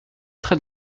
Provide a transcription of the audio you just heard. très